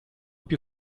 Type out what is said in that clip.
più